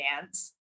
dance